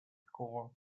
score